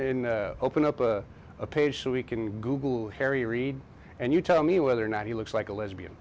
in open up a page so we can google harry reid and you tell me whether or not he looks like a lesbian